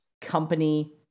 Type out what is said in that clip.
Company